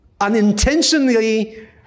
unintentionally